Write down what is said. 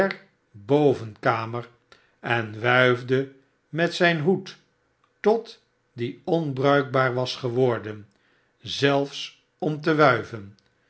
bovenkamer en wuifde met zijn hoed tot die onbruikbaar was geworden zelfe om te wuiven